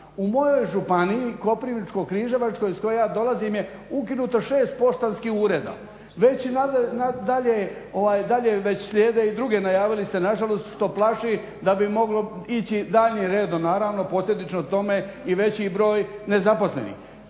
U mojoj županiji Koprivničko-križevačkoj iz koje ja dolazim je ukinuto šest poštanskih ureda. Već dalje slijede i druge najavili ste, na žalost što plaši da bi moglo ići i daljnjim redom, naravno posljedično tome i veći broj nezaposlenih.